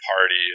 party